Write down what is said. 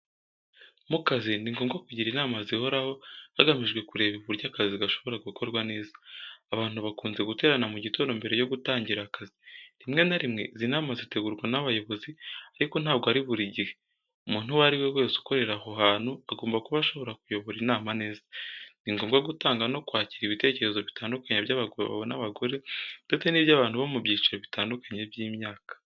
Mu kazi, ni ngombwa kugira inama zihoraho hagamijwe Kureba uburyo akazi gashobora gukorwa neza. Abantu bakunze guterana mu gitondo mbere yo gutangira akazi . Rimwe na rimwe, izi nama zitegurwa n’abayobozi, ariko ntabwo ari buri gihe , umuntu uwo ari we wese ukorera aho hantu agomba kuba ashobora kuyobora inama neza. Ni ngombwa gutanga no kwakira ibitekerezo bitandukanye by’abagabo n’abagore ndetse n’iby’abantu bo mu byiciro bitandukanye by’imyaka.